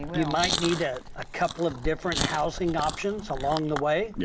you might need a ah couple of different housing options along the way. yeah